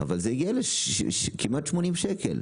אבל זה הגיע לכמעט 80 שקל,